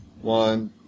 One